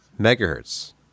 megahertz